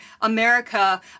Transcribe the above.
America